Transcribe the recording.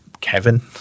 Kevin